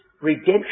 redemption